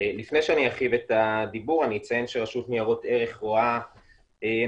לפני שאני ארחיב את הדיבור אני אציין שרשות ניירות ערך רואה משמעות